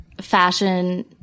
fashion